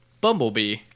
Bumblebee